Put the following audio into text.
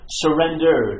surrender